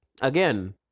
Again